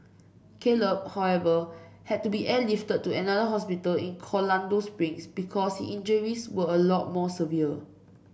Caleb however had to be airlifted to another hospital in Colorado Springs because injuries were a lot more severe